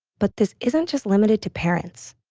but this isn't just limited to parents.